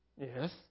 Yes